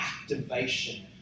activation